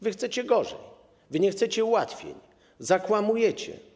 Wy chcecie gorzej, wy nie chcecie ułatwień, zakłamujecie.